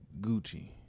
Gucci